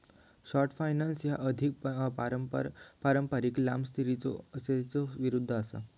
short finance ह्या अधिक पारंपारिक लांब स्थितीच्यो विरुद्ध असा